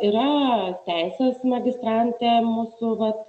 yra teisės magistrantė mūsų vat